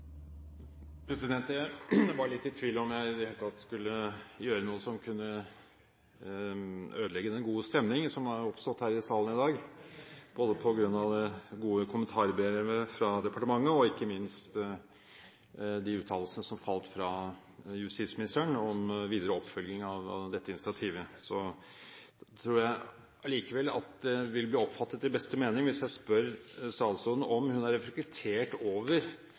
Jeg var litt i tvil om jeg i det hele tatt skulle gjøre noe som kunne ødelegge den gode stemningen som har oppstått her i salen i dag, på grunn av det gode kommentarbrevet fra departementet, og ikke minst på grunn av de uttalelsene som falt fra justisministeren om videre oppfølging av dette initiativet. Jeg tror allikevel det vil bli oppfattet i beste mening hvis jeg spør statsråden om hun har reflektert over